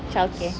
child care